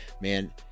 Man